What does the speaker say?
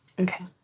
Okay